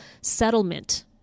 settlement